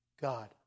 God